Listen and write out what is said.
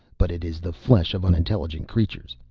but it is the flesh of unintelligent creatures.